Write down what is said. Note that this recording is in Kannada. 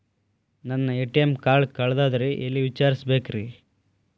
ನನ್ನ ಎ.ಟಿ.ಎಂ ಕಾರ್ಡು ಕಳದದ್ರಿ ಎಲ್ಲಿ ವಿಚಾರಿಸ್ಬೇಕ್ರಿ?